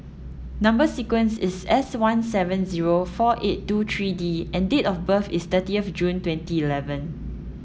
number sequence is S one seven zero four eight two three D and date of birth is thirty of June twenty eleven